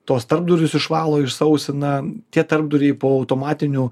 tuos tarpdurius išvalo išsausina tie tarpduriai po automatinių